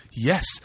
Yes